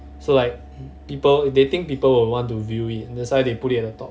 so like people they think people will want to view it that's why they put it at the top